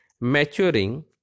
maturing